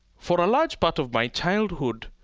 for a large part of my childhood,